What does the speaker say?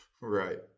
Right